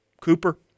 Cooper